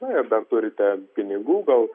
na ir dar turite pinigų gal